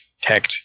tech